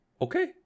okay